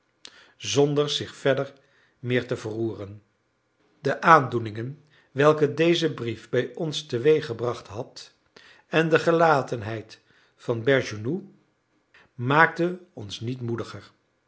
zonder zich verder meer te verroeren de aandoeningen welke deze brief bij ons teweeggebracht had en de gelatenheid van bergounhoux maakten ons niet moediger